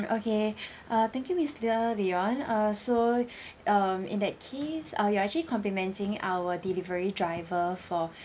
okay uh thank you mister leon uh so um in that case uh you are actually complimenting our delivery driver for